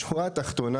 בשורה התחתונה,